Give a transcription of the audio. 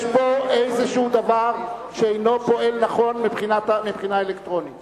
יש פה איזה דבר שאינו פועל נכון מבחינה אלקטרונית.